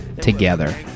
together